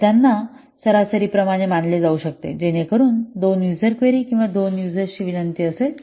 तर त्यांना सरासरीप्रमाणे मानले जाऊ शकते जेणेकरून 2 यूजरक्वेरी किंवा 2 यूजर ची विनंती असेल